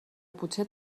potser